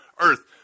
Earth